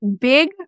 big